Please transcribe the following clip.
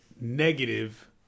negative